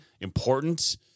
important